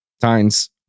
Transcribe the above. times